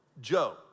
Joe